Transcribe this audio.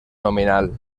nominal